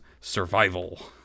survival